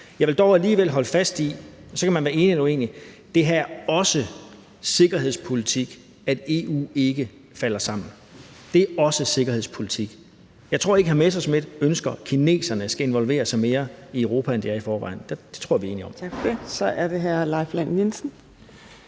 Jeg vil dog alligevel holde fast i – så kan man være enig eller uenig – at det her også er sikkerhedspolitik, så EU ikke falder sammen. Jeg tror ikke, hr. Morten Messerschmidt ønsker, at kineserne skal involvere sig mere i Europa, end de er i forvejen. Det tror jeg vi er enige om. Kl. 16:26 Fjerde næstformand (Trine